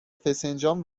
فسنجان